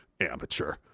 Amateur